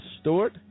Stewart